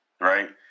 right